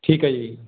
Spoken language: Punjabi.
ਠੀਕ ਹੈ ਜੀ